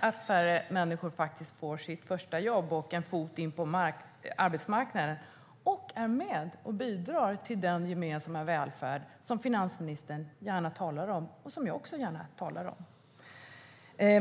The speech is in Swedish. att färre människor får sitt första jobb, får in en fot på arbetsmarknaden och är med och bidrar till den gemensamma välfärd som finansministern gärna talar om och som jag också gärna talar om.